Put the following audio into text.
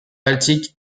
baltique